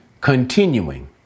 continuing